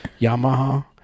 Yamaha